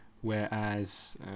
Whereas